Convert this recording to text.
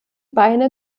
beine